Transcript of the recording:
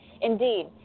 Indeed